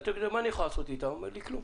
שאלתי מה אני יכול לעשות עם זה ואמרו לי כלום.